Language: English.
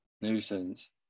nuisance